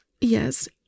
yes